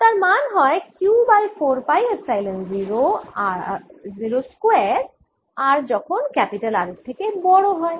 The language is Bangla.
ও তার মান হয় Q বাই 4 পাই এপসাইলন 0 স্কয়ার r যখন R এর থেকে বড় হয়